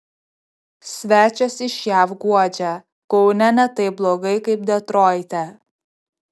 svečias iš jav guodžia kaune ne taip blogai kaip detroite